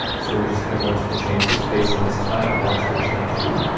so we're just gonna go into the chain two space and this time i want you to chain three.